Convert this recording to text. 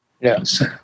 Yes